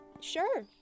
sure